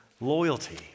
loyalty